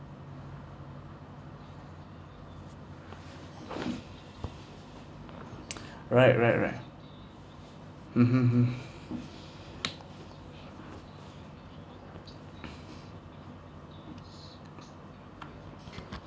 right right right hmm hmm hmm